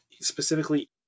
specifically